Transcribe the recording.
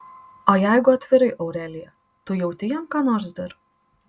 o jeigu atvirai aurelija tu jauti jam ką nors dar